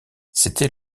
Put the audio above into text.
c’était